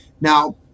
Now